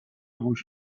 گوش